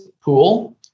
pool